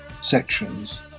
sections